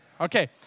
Okay